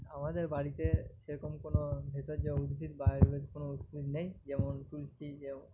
আমাদের বাড়িতে সেরকম কোনো ভেষজ উদ্ভিদ বা আয়ুর্বেদ কোনো উদ্ভিদ নেই যেমন তুলসী যেমন